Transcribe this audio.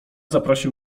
zaprosił